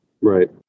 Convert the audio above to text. Right